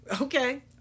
Okay